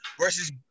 versus